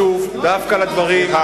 אנחנו